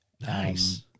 Nice